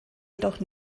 jedoch